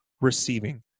receiving